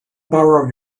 borrow